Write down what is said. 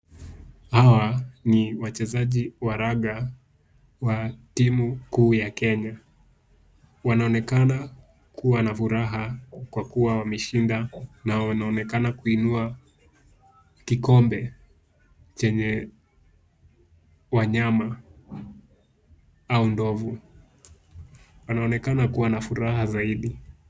Hawa ni wachezaji wa raga wa timu kuu ya Kenya, wanaonekana kuwa na furaha kwa kuwa wameshinda na wanaonekana kuinua kikombe chenye wanyama au ndovu. Wanaonekana kuwa na furaha zaidi.